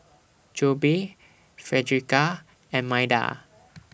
Jobe Fredericka and Maida